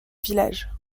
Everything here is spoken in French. village